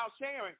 sharing